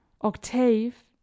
Octave